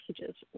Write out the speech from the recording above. messages